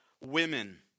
women